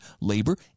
labor